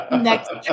Next